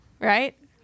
right